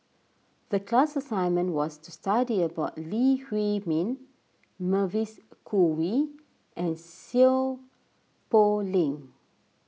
the class assignment was to study about Lee Huei Min Mavis Khoo Oei and Seow Poh Leng